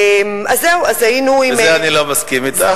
אז, זהו, אז היינו עם, בזה אני לא מסכים אתך.